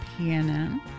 PNN